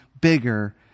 bigger